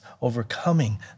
overcoming